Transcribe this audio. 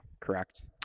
Correct